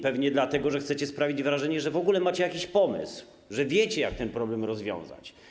Pewnie dlatego, że chcecie sprawić wrażenie, że w ogóle macie jakiś pomysł, że wiecie, jak ten problem rozwiązać.